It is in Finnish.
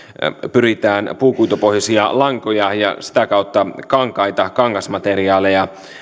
pyritään puukuitupohjaisia lankoja ja sitä kautta kankaita kangasmateriaaleja